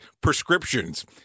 prescriptions